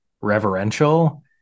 reverential